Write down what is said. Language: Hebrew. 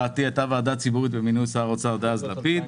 ועדה ציבורית למינוי שר אוצר דאז לפיד,